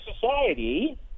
society